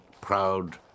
proud